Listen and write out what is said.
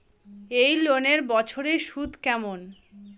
এই লোনের বছরে সুদ কেমন?